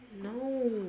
No